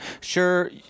sure